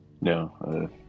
No